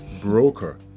broker